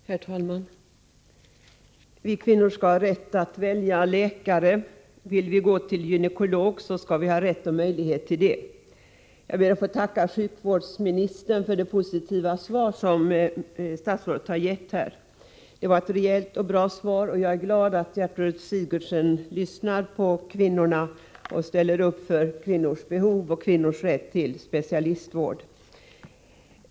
Herr talman! Vi kvinnor skall ha rätt att välja läkare. Vill vi gå till en gynekolog skall vi ha rätt och möjlighet till det. Jag ber att få tacka statsrådet för det positiva svar som hon har gett. Det var ett rejält och bra svar, och jag är glad att Gertrud Sigurdsen lyssnar på kvinnorna och ställer upp för kvinnors behov och kvinnors rätt till specialistvård.